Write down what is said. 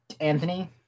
Anthony